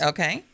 Okay